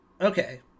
Okay